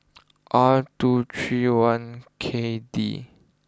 R two three one K D